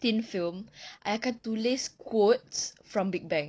thin film I akan tulis quotes from big bang